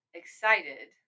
excited